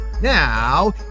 Now